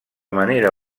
manera